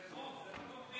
זה חוק, זה לא קומבינה.